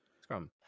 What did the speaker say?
scrum